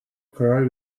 karar